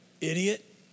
Idiot